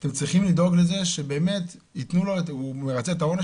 אתם צריכים לדאוג לזה שבאמת הוא ירצה את העונש